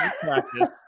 practice